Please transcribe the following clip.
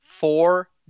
Four